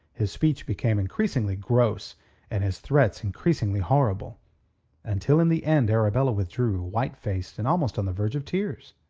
his speech became increasingly gross and his threats increasingly horrible until in the end arabella withdrew, white-faced and almost on the verge of tears.